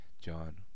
John